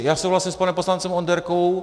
Já souhlasím s panem poslancem Onderkou.